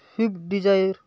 swift Dzire